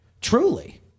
Truly